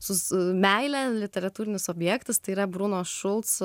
su su meile literatūrinis objektas tai yra bruno šulco